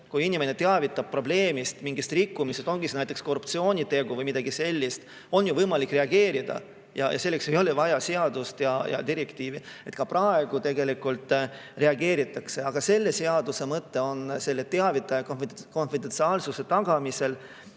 kui inimene teavitab probleemist, mingist rikkumisest, näiteks korruptsiooniteost või millestki sellisest, siis on ju võimalik reageerida. Selleks ei ole vaja seadust ega direktiivi. Ka praegu tegelikult reageeritakse, aga selle seaduse mõte on teavitaja konfidentsiaalsuse tagamine